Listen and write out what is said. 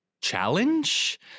challenge